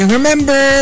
remember